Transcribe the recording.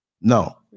No